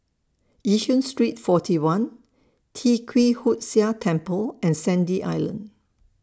Yishun Street forty one Tee Kwee Hood Sia Temple and Sandy Island